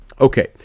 Okay